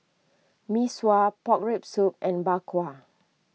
Mee Sua Pork Rib Soup and Bak Kwa